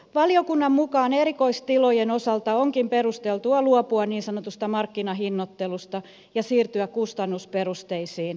valiokunnan mukaan erikoistilojen osalta onkin perusteltua luopua niin sanotusta markkinahinnoittelusta ja siirtyä kustannusperusteisiin malleihin